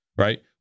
Right